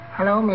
Hello